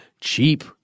cheap